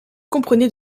comprenait